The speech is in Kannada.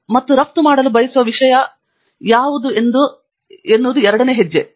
ಮತ್ತು ನಾವು ರಫ್ತು ಮಾಡಲು ಬಯಸುವ ವಿಷಯ ಯಾವುದನ್ನು ಆಯ್ಕೆ ಮಾಡುವುದು ಹೆಜ್ಜೆ ಎರಡು